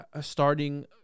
starting